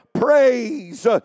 praise